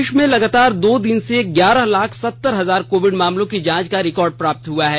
देश में लगातार दो दिन से ग्यारह लाख सत्तर हजार कोविड मामलों की जांच का रिकार्ड प्राप्त हुआ है